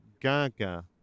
gaga